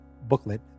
booklet